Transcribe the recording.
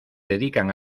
dedican